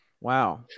Wow